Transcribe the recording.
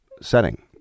setting